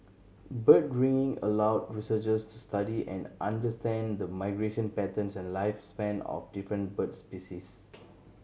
bird ringing allow researchers to study and understand the migration patterns and lifespan of different bird species